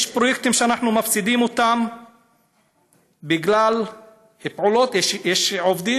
יש פרויקטים שאנחנו מפסידים בגלל שיש עובדים